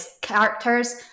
characters